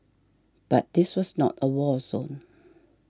but this was not a war zone